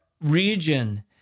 region